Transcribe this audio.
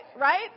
Right